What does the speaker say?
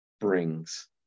brings